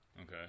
okay